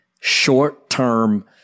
short-term